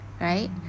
right